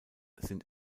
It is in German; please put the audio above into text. sind